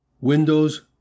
Windows